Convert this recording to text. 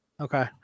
Okay